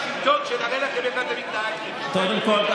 את מה עוד תמכרו למנסור עבאס?